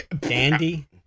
dandy